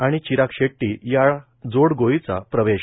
आणि चिराग शेट्टी या जोडगोळीचा प्रवेश